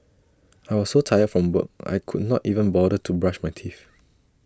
I was so tired from work I could not even bother to brush my teeth